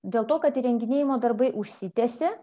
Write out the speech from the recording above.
dėl to kad įrenginėjimo darbai užsitęsė